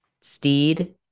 steed